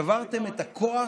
שברתם את הכוח